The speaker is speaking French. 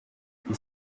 ils